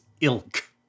ilk